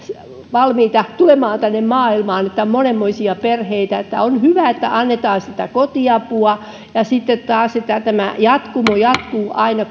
valmiita tulemaan tänne maailmaan että on monenmoisia perheitä niin on hyvä että annetaan kotiapua ja sitten taas että jatkumo jatkuu aina